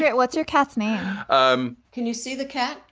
yeah what's your cat's name? um can you see the cat?